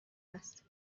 است